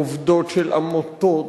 עובדות של עמותות,